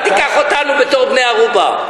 אל תיקח אותנו בתור בני-ערובה.